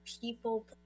people